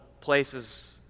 places